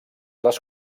les